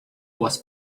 was